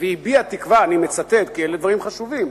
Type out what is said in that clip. והביע תקווה, אני מצטט, כי אלה דברים חשובים: